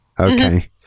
okay